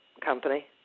company